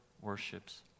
worships